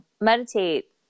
meditate